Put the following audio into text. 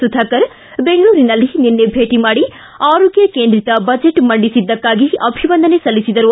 ಸುಧಾಕರ್ ಬೆಂಗಳೂರಿನಲ್ಲಿ ನಿನ್ನೆ ಭೇಟಿ ಮಾಡಿ ಆರೋಗ್ಯ ಕೇಂದ್ರಿತ ಬಜೆಟ್ ಮಂಡಿಸಿದ್ದಕ್ಕಾಗಿ ಅಭಿವಂದನೆ ಸಲ್ಲಿಸಿದರು